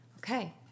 Okay